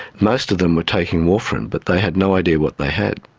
most of them were taking warfarin but they had no idea what they had.